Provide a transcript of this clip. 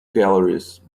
calories